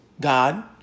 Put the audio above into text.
God